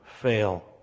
fail